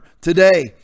Today